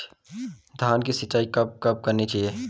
धान की सिंचाईं कब कब करनी चाहिये?